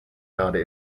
gerade